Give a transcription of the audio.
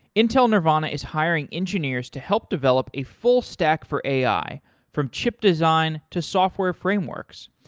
intel nervana is hiring engineers to help develop a full stack for ai from chip design to software frameworks.